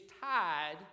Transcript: tied